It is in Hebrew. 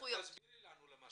תסבירי לנו.